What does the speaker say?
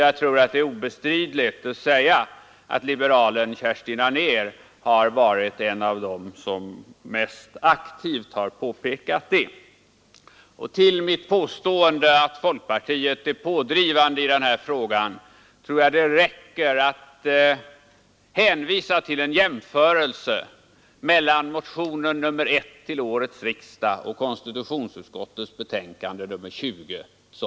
Jag tror att det är obestridligt att liberalen Kerstin Anér har varit en av dem som mest aktivt påpekat detta. När det gäller mitt påstående att folkpartiet är pådrivande i denna fråga tror jag att det som bevis räcker att hänvisa till en jämförelse mellan motionen 1 till årets riksdag och konstitutionsutskottets betänkande nr 20.